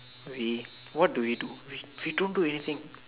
we what do we do we we don't do anything